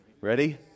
Ready